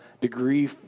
degree